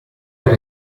per